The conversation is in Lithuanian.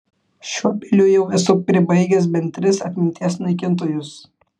šiuo peiliu jau esu pribaigęs bent tris atminties naikintojus